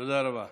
תודה רבה.